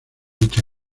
dicha